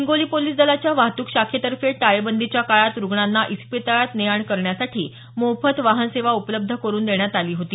Hingoli police दलाच्या वाहतूक शाखेतर्फे टाळेबंदीच्या काळात रुग्णांना इस्पितळात ने आण करण्यासाठी मोफत वाहन सेवा उपलब्ध करून देण्यात आली होती